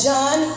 John